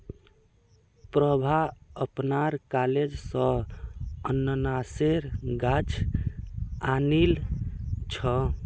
प्रभा अपनार कॉलेज स अनन्नासेर गाछ आनिल छ